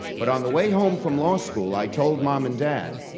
but on the way home from law school, i told mom and dad,